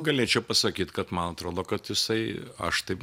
galėčiau pasakyt kad man atrodo kad jisai aš taip